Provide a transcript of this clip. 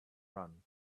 run